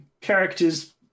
characters